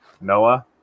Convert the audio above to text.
Noah